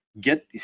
get